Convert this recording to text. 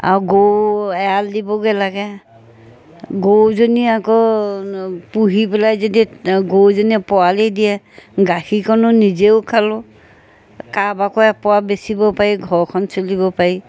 আৰু গৰু এৰাল দিবগে লাগে গৰুজনী আকৌ পুহি পেলাই যদি গৰুজনীয়ে পোৱালি দিয়ে গাখীৰকণো নিজেও খালোঁ কাৰোবাকো এপোৱা বেচিব পাৰি ঘৰখন চলিব পাৰি